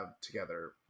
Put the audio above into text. together